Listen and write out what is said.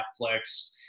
Netflix